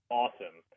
awesome